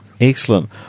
Excellent